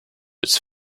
its